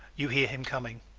you hear him coming